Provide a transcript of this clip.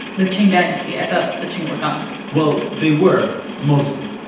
the qing dynasty? i thought the qing were gone well, they were mostly.